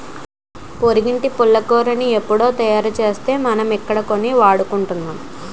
పొరిగింటి పుల్లకూరకి రుసెక్కువని ఎవుడో తయారుసేస్తే మనమిక్కడ కొని వాడుకుంటున్నాం